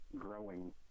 growing